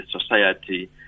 society